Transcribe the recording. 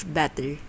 better